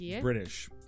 British